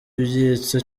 ibyitso